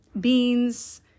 beans